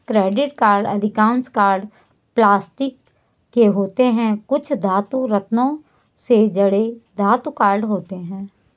credit card अधिकांश card plastic के होते हैं, कुछ धातु, रत्नों से जड़े धातु कार्ड होते हैं